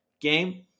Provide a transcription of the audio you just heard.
game